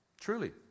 truly